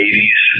80s